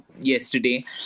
yesterday